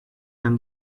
and